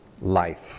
life